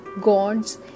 Gods